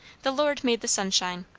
the lord made the sunshine.